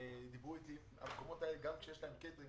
גם כשיש להם קייטרינג,